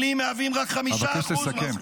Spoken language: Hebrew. אבקש לסכם.